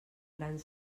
gran